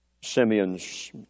Simeon's